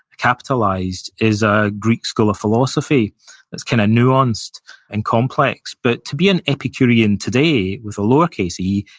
capitalized, is a greek school of philosophy that's kind of nuanced and complex, but to be an epicurean today, with a lowercase e,